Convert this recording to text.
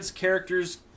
Characters